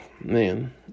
man